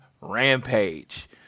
Rampage